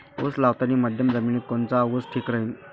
उस लावतानी मध्यम जमिनीत कोनचा ऊस ठीक राहीन?